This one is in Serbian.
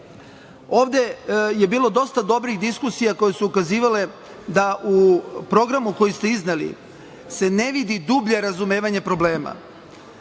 je bilo dosta dobrih diskusija koje su ukazivale da u programu koji ste izneli se ne vidi dublje razumevanje problema.